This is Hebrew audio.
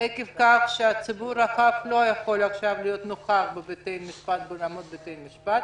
עקב כך שהציבור הרחב לא יכול עכשיו להיות נוכח באולמות בתי המשפט,